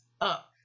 Up